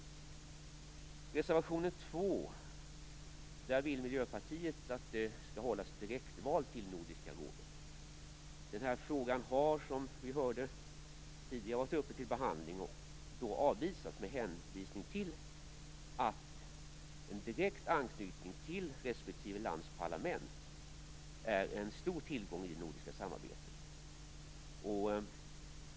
I reservation 2 vill Miljöpartiet att det skall hållas direktval till Nordiska rådet. Den här frågan har som vi hörde tidigare varit uppe till behandling och då avvisats med hänvisning till att en direkt anknytning till respektive lands parlament är en stor tillgång i det nordiska samarbetet.